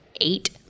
eight